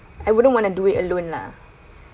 I wouldn't want to do it alone lah